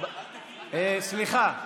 סליחה,